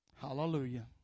Hallelujah